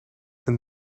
een